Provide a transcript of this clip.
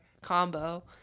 combo